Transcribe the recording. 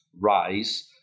rise